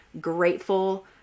grateful